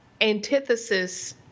antithesis